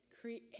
create